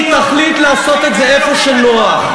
היא תחליט לעשות את זה איפה שנוח,